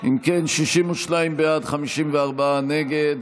אם כן, 62 בעד, 54 נגד.